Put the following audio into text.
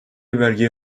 belgeyi